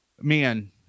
man